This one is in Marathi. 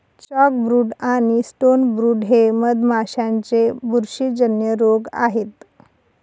चॉकब्रूड आणि स्टोनब्रूड हे मधमाशांचे बुरशीजन्य रोग आहेत